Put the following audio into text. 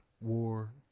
War